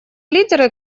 лидеры